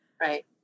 Right